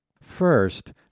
First